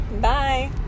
Bye